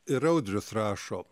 ir audrius rašo